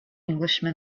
englishman